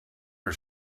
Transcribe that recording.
her